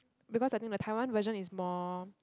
because I think the Taiwan version is more